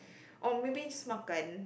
or maybe it's just makan